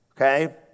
Okay